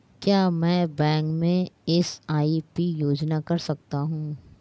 क्या मैं बैंक में एस.आई.पी योजना कर सकता हूँ?